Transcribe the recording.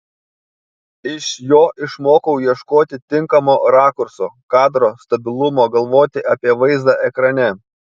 iš jo išmokau ieškoti tinkamo rakurso kadro stabilumo galvoti apie vaizdą ekrane